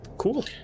Cool